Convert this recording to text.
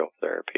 therapy